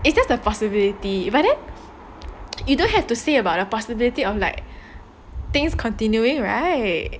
it's just the possibility but then you don't have to say about the possibility of like things continuing right